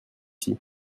ici